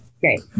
Great